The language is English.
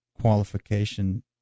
qualification